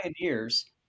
pioneers